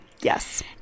Yes